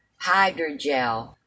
hydrogel